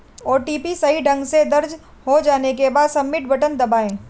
OTP सही ढंग से दर्ज हो जाने के बाद, सबमिट बटन दबाएं